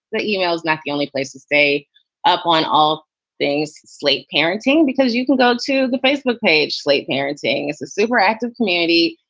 that e-mail is not the only place to stay up on all things slate parenting because you can go to the facebook page. slate parenting is a super active community.